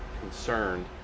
concerned